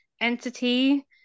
entity